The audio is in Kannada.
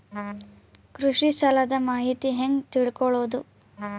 ಕೃಷಿ ಸಾಲದ ಮಾಹಿತಿ ಹೆಂಗ್ ತಿಳ್ಕೊಳ್ಳೋದು?